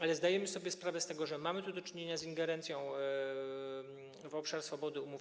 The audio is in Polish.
Ale zdajemy sobie sprawę z tego, że mamy tu do czynienia z ingerencją w obszar swobody umów.